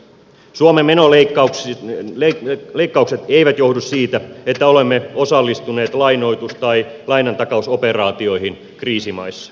suomen menoleikkaukset eivät johdu siitä että olemme osallistuneet lainoitus tai lainantakausoperaatioihin kriisimaissa